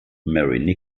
mary